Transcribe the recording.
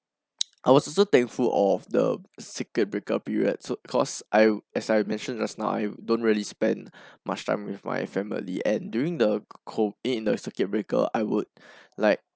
I was also thankful of the circuit breaker period so cause I as I mentioned just now I don't really spend much time with my family and during the COVID and the circuit breaker I would like